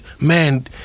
man